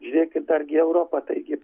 žiūrėkit dargi europa taigi